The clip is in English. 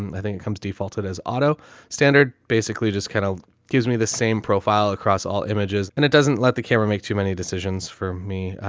and i think it comes defaulted as auto standard basically just kind of gives me the same profile across all images and it doesn't let the camera make too many decisions for me. ah,